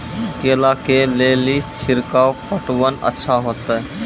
केला के ले ली छिड़काव पटवन अच्छा होते?